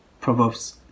proverbs